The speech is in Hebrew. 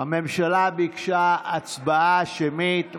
הממשלה ביקשה הצבעה שמית.